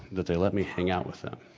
that they let me hang out with them.